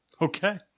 Okay